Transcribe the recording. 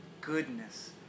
goodness